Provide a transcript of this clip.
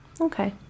Okay